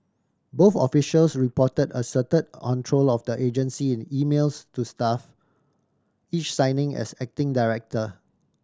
both officials report assert control of the agency in emails to staff each signing as acting director